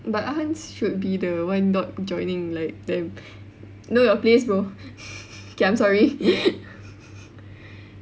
but Hans should be the one not joining like them know your place bro okay I'm sorry